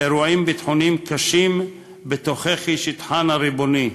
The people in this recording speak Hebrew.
אירועים ביטחוניים קשים בתוככי שטחן הריבוני.